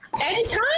Anytime